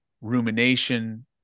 rumination